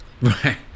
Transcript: Right